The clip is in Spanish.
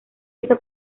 hizo